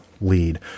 lead